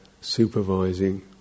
supervising